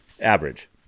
average